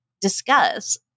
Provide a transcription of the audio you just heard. discuss